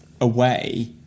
away